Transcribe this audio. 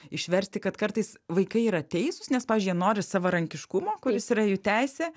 išversti kad kartais vaikai yra teisūs nes pavyzdžiui jie nori savarankiškumo kuris yra jų teisė